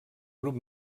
grup